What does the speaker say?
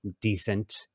decent